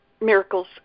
miracles